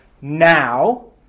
now